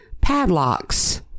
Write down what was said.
padlocks